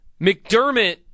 McDermott